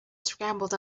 scrambled